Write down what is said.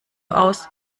aus